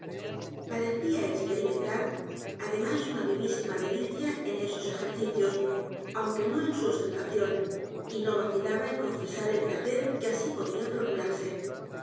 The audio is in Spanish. a experimentar además una vivísima delicia en esos ejercicios aunque no en su ostentación y no vacilaba en confesar el placer que así podía